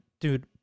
dude